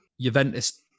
Juventus